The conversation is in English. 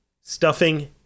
stuffing